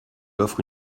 offre